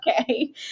Okay